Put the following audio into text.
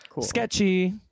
sketchy